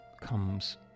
comes